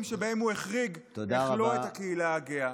שבהם הוא החריג את הקהילה הגאה.